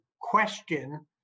question